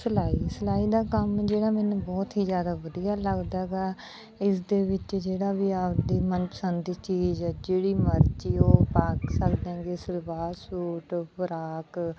ਸਲਾਈ ਸਲਾਈ ਦਾ ਕੰਮ ਜਿਹੜਾ ਮੈਨੂੰ ਬਹੁਤ ਹੀ ਜ਼ਿਆਦਾ ਵਧੀਆ ਲੱਗਦਾ ਗਾ ਇਸ ਦੇ ਵਿੱਚ ਜਿਹੜਾ ਵੀ ਆਪਦੀ ਮਨਪਸੰਦ ਦੀ ਚੀਜ਼ ਹੈ ਜਿਹੜੀ ਮਰਜ਼ੀ ਉਹ ਪਾ ਸਕਦੇ ਗੇ ਸਲਵਾਰ ਸੂਟ ਫਰਾਕ